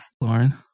Lauren